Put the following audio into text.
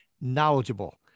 knowledgeable